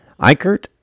Eichert